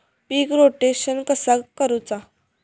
पीक rotation कसा करूचा?